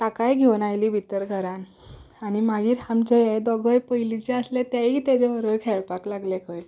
ताकाय घेवन आयली भितर घरांत आनी मागीर आमचे हे दोगूय पयलींचे आसले तेवय ताजे बरोबर खेळपाक लागले खंय